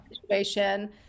situation